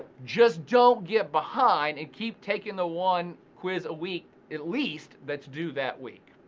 just don't get behind and keep taking the one quiz a week, at least, that's due that week.